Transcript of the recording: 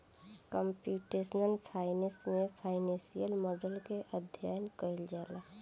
computational finance में financial model के अध्ययन कईल जाला